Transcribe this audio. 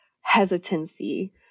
hesitancy